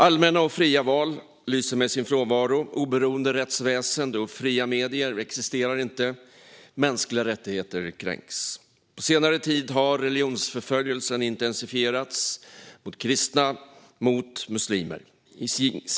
Allmänna och fria val lyser med sin frånvaro, oberoende rättsväsen och fria medier existerar inte och mänskliga rättigheter kränks. På senare tid har religionsförföljelsen av kristna och muslimer intensifierats.